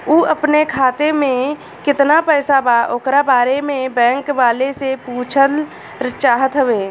उ अपने खाते में कितना पैसा बा ओकरा बारे में बैंक वालें से पुछल चाहत हवे?